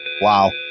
Wow